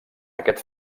aquest